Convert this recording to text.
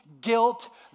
guilt